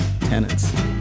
tenants